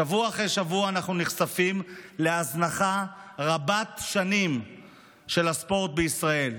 שבוע אחר שבוע אנו נחשפים להזנחה רבת-שנים של הספורט בישראל.